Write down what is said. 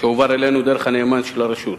שהועבר אלינו דרך הנאמן של הרשות: